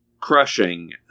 crushing